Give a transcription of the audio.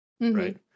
right